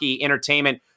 Entertainment